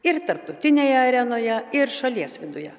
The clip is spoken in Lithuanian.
ir tarptautinėje arenoje ir šalies viduje